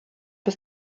bis